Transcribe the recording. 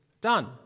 done